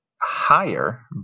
higher